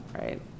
right